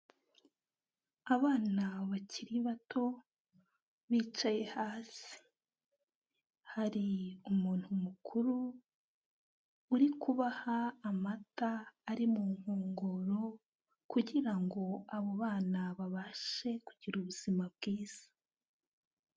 Abana bakiri bato bicaye hasi, hari umuntu mukuru uri kubaha amata ari mu nkongoro kugira ngo abo bana babashe kugira ubuzima bwiza.